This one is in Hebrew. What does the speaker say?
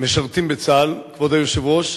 משרתים בצה"ל, כבוד היושב-ראש,